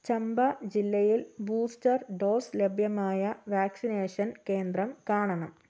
ചമ്പ ജില്ലയിൽ booster dose ലഭ്യമായ vaccination കേന്ദ്രം കാണണം